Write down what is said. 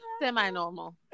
semi-normal